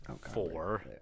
Four